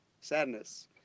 sadness